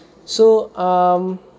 so um